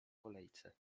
kolejce